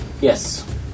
Yes